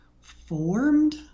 formed